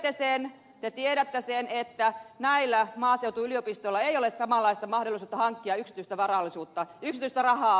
te tiedätte sen että näillä maaseutuyliopistoilla ei ole samanlaista mahdollisuutta hankkia yksityistä rahaa